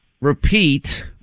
repeat